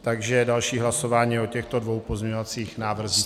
Takže další hlasování o těchto dvou pozměňovacích návrzích.